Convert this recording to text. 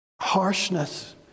harshness